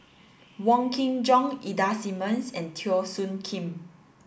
Wong Kin Jong Ida Simmons and Teo Soon Kim